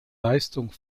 leistung